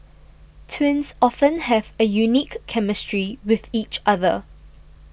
twins often have a unique chemistry with each other